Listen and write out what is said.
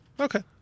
Okay